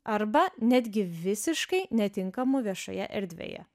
arba netgi visiškai netinkamu viešoje erdvėje